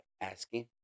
asking